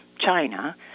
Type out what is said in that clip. China